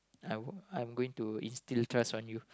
I I am going to instil trust on you